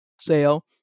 Sale